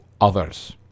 others